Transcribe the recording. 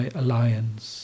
alliance